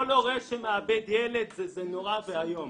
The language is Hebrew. כל הורה שמאבד ילד זה נורא ואיום,